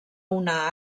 una